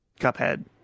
Cuphead